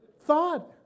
thought